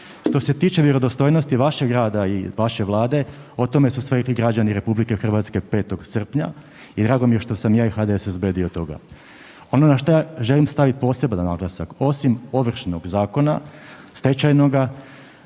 Što se tiče vjerodostojnosti vašeg rada i vaše vlade, o tome su sve rekli građani RH 5. srpnja i drago mi je što sam ja i HDSSB dio toga. Ono na šta želim stavit poseban naglasak, osim Ovršnog zakona, stečajnoga,